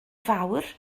fawr